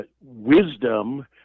wisdom